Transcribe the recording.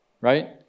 Right